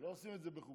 לא עושים את זה בחוקים.